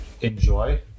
enjoy